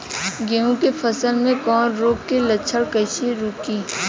गेहूं के फसल में कवक रोग के लक्षण कईसे रोकी?